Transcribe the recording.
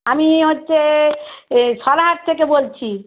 আমি হচ্ছে এ সরাহাট থেকে বলছি